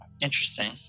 Interesting